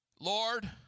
Lord